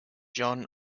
john